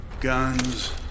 Guns